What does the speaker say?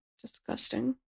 Disgusting